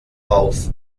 auf